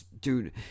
dude